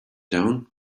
down